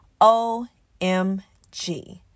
OMG